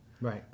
Right